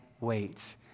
wait